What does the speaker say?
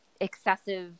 excessive